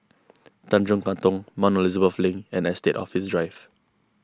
Tanjong Katong Mount Elizabeth Link and Estate Office Drive